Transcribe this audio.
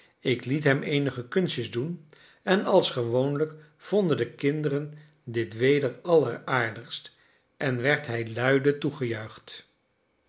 ik liet hem eenige kunstjes doen en als gewoonlijk vonden de kinderen dit weder alleraardigst en werd hij luide